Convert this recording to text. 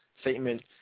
statement